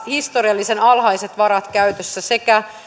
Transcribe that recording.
historiallisen alhaiset varat käytössä sekä